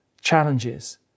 challenges